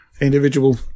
individual